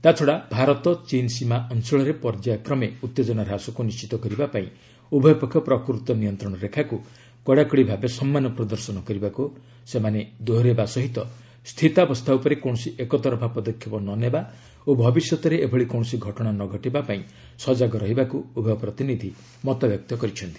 ତା ଛଡ଼ା ଭାରତ ଚୀନ୍ ସୀମା ଅଞ୍ଚଳରେ ପର୍ଯ୍ୟାୟ କ୍ରମେ ଉତ୍ତେଜନା ହ୍ରାସକୁ ନିଶ୍ଚିତ କରାଯିବା ପାଇଁ ଉଭୟ ପକ୍ଷ ପ୍ରକୃତ ନିୟନ୍ତ୍ରଣ ରେଖାକୁ କଡ଼ାକଡ଼ି ଭାବେ ସମ୍ମାନ ପ୍ରଦର୍ଶନ କରିବାକୁ ସେମାନେ ଦୋହରାଇବା ସହ ସ୍ଥିତାବସ୍ଥା ଉପରେ କୌଣସି ଏକତରଫା ପଦକ୍ଷେପ ନ ନେବା ଓ ଭବିଷ୍ୟତରେ ଏଭଳି କୌଣସି ଘଟଣା ନ ଘଟିବା ପାଇଁ ସଜାଗ ରହିବାକୁ ଉଭୟ ପ୍ରତିନିଧି ମତବ୍ୟକ୍ତ କରିଛନ୍ତି